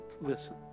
listen